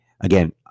again